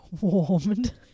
Warmed